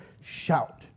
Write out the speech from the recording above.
shout